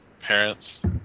parents